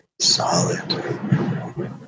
solid